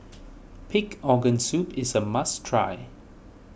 Pig Organ Soup is a must try